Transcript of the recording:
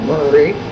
Murray